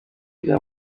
bya